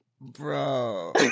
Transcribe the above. Bro